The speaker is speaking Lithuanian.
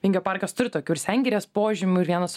vingio parkas turi tokių ir sengirės požymių ir vienas